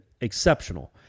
exceptional